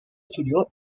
studio